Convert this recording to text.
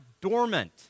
dormant